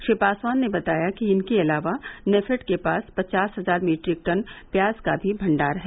श्री पासवान ने बताया कि इनके अलावा नेफेड के पास पचास हजार मिट्रिक टन प्याज का भी भंडार है